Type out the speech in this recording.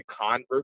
convert